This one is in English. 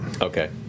Okay